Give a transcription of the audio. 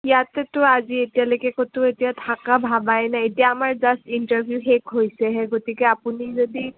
ইয়াতেতো আজি এতিয়ালৈকে ক'তো এতিয়া থকা ভবাই নাই এতিয়া আমাৰ জাষ্ট ইণ্টাৰভিউ শেষ হৈছেহে গতিকে আপুনি যদি